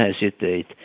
hesitate